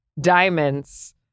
diamonds